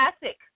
Classic